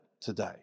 today